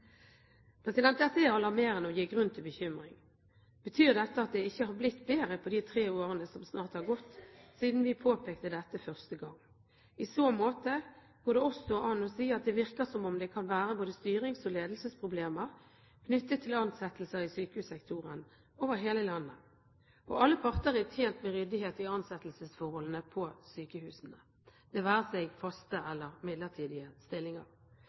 Dette er alarmerende og gir grunn til bekymring. Betyr dette at det ikke har blitt bedre på de tre årene som snart har gått siden vi påpekte dette første gang? I så måte går det også an å si at det virker som om det kan være både styrings- og ledelsesproblemer knyttet til ansettelser i sykehussektoren over hele landet. Alle parter er tjent med ryddighet i ansettelsesforholdene på sykehusene – det være seg faste eller midlertidige stillinger.